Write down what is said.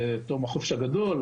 בתום החופש הגדול,